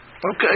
Okay